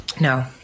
No